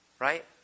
Right